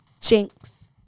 Jinx